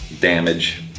damage